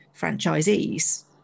franchisees